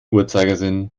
uhrzeigersinn